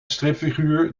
stripfiguur